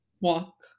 walk